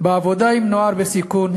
בעבודה עם נוער בסיכון,